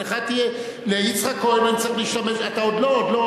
אתה עוד לא.